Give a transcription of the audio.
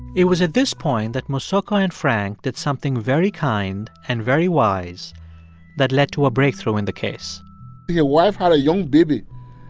it was at this point that mosoka and frank did something very kind and very wise that led to a breakthrough in the case the wife had a young baby.